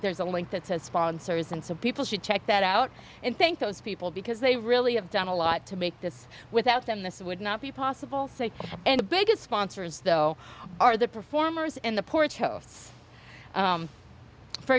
there's a link that says sponsors and so people should check that out and thank those people because they really have done a lot to make this without them this would not be possible say and the biggest sponsors though are the performers in the porto for